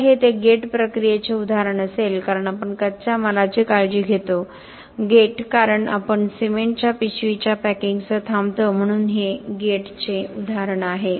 तर हे ते गेट प्रक्रियेचे उदाहरण असेल कारण आपण कच्च्या मालाची काळजी घेतो गेट कारण आपण सिमेंटच्या पिशवीच्या पॅकिंगसह थांबतो म्हणून हे ते गेटचे उदाहरण आहे